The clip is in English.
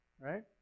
right